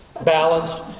balanced